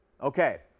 Okay